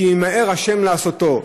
כי ממהר ה' לעשותו.